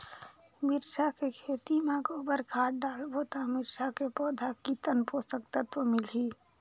मिरचा के खेती मां गोबर खाद डालबो ता मिरचा के पौधा कितन पोषक तत्व मिलही?